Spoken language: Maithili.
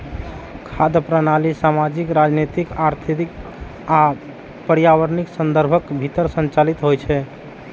खाद्य प्रणाली सामाजिक, राजनीतिक, आर्थिक आ पर्यावरणीय संदर्भक भीतर संचालित होइ छै